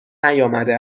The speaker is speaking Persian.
نیامده